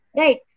right